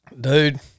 Dude